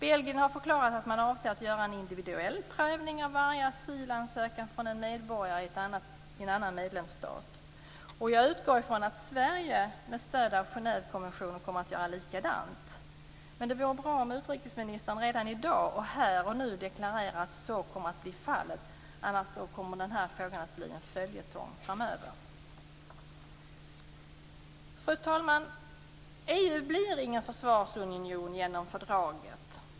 Belgien har förklarat att man avser att göra en individuell prövning av varje asylansökan från en medborgare i en annan medlemsstat. Jag utgår från att Sverige - med stöd av Genèvekonventionen - gör likadant. Det vore bra om utrikesministern redan i dag, här och nu, deklarerade att så blir fallet, för annars kommer denna fråga att bli en följetong framöver. Fru talman! EU blir ingen försvarsunion genom fördraget.